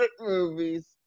movies